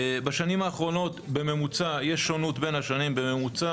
בשנים האחרונות בממוצע יש שונות בין השנים בממוצע.